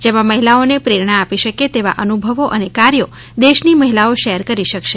જેમાં મહિલાઓને પ્રેરણા આપી શકે તેવા અનુભવો અને કાર્યો દેશની મહિલાઓ શેર કરી શકશે